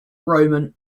roman